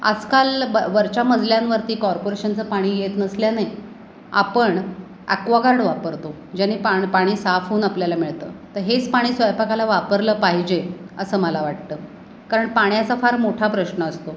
आजकाल ब वरच्या मजल्यांवरती कॉर्पोरेशनचं पाणी येत नसल्याने आपण ॲक्वागार्ड वापरतो ज्याने पा पाणी साफ होऊन आपल्याला मिळतं तर हेच पाणी स्वयंपाकाला वापरलं पाहिजे असं मला वाटतं कारण पाण्याचा फार मोठा प्रश्न असतो